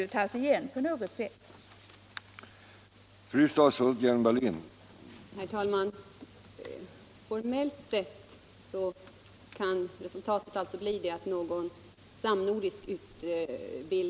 Detta måste på något sätt tas igen.